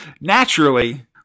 Naturally